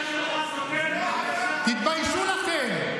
תתביישו לכם.